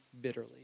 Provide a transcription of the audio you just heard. bitterly